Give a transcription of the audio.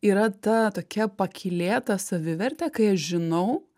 yra ta tokia pakylėta savivertę kai aš žinau